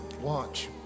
watch